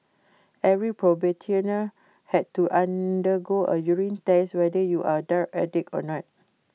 every probationer had to undergo A urine test whether you are A drug addict or not